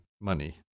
money